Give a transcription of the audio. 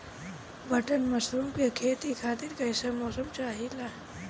Button mushroom के खेती खातिर कईसे मौसम चाहिला?